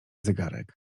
zegarek